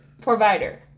provider